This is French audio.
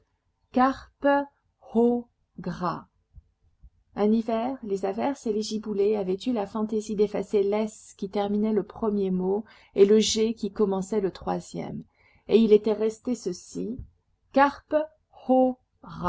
ho gras un hiver les averses et les giboulées avaient eu la fantaisie d'effacer l's qui terminait le premier mot et le g qui commençait le troisième et il était resté ceci carpe